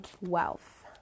wealth